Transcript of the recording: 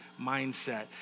mindset